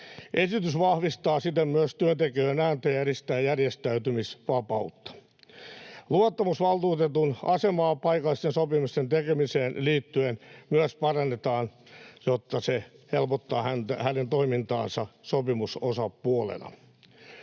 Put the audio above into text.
Esitys vahvistaa siten myös työntekijöiden ääntä ja edistää järjestäytymisvapautta. Myös luottamusvaltuutetun asemaa paikallisten sopimusten tekemiseen liittyen parannetaan, jotta se helpottaa hänen toimintaansa sopimusosapuolena.